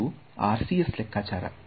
ಇದು RCS ಲೆಕ್ಕಚಾರ